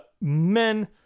men